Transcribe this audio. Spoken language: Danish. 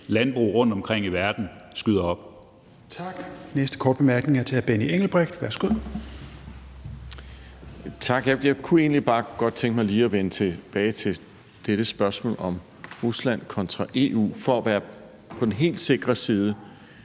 landbrug rundtomkring i verden skyder op.